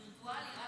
וירטואלי.